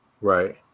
Right